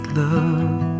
love